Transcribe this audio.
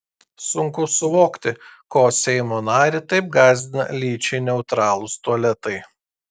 sunku suvokti ko seimo narį taip gąsdina lyčiai neutralūs tualetai